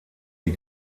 die